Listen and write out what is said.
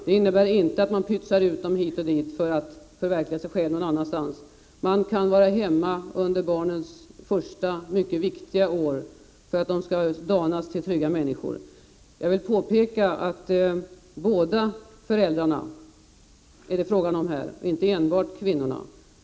Det innebär inte att man pytsar ut dem hit och dit för att förverkliga sig själv någon annanstans. Man kan vara hemma under barnens första mycket viktiga år för att de skall kunna danas till trygga människor. Jag vill påpeka att det här handlar om båda föräldrarna, inte enbart om kvinnorna.